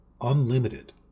unlimited